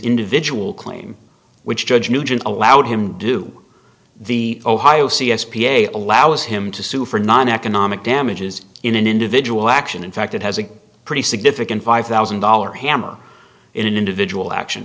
individual claim which judge nugent allowed him do the ohio c s p a allows him to sue for non economic damages in an individual action in fact it has a pretty significant five thousand dollar hammer in an individual action